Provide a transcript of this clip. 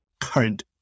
current